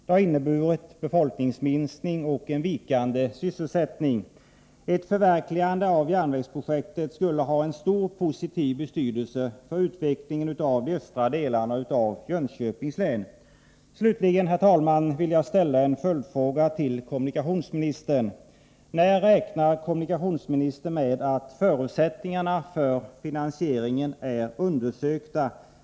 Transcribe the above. Den har inneburit befolkningsminskning och vikande sysselsättning. Ett förverkligande av järnvägsprojektet skulle ha en stor positiv betydelse för utvecklingen av de östra delarna av Jönköpings län. Slutligen, herr talman, vill jag ställa en följdfråga till kommunikationsministern: När räknar kommunikationsministern med att förutsättningarna för finansieringen är undersökta?